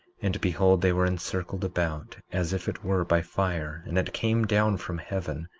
and behold, they were encircled about as if it were by fire and it came down from heaven,